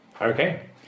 Okay